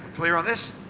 clear on this?